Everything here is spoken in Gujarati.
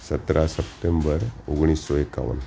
સત્તર સપ્ટેમ્બર ઓગણીસો એકાવન